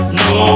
no